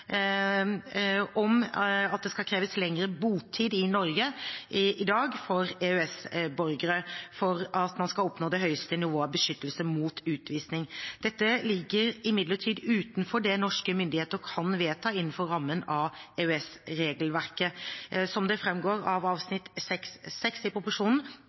om at det skal kreves lengre botid i Norge enn i dag for EØS-borgere før man skal oppnå det høyeste nivået av beskyttelse mot utvisning. Dette ligger imidlertid utenfor det norske myndigheter kan vedta innenfor rammen av EØS-regelverket. Som det framgår av avsnitt 6.6 i